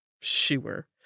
Sure